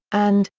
and,